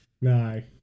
No